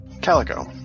Calico